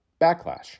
Backlash